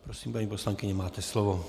Prosím, paní poslankyně, máte slovo.